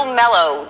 mellow